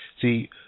See